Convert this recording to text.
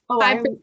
Five